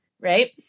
Right